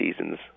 seasons